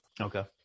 okay